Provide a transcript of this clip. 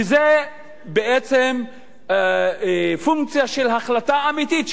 וזה בעצם פונקציה של החלטה אמיתית,